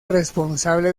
responsable